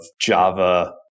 Java